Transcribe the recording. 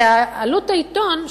שעלות העיתון,